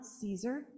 caesar